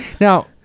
Now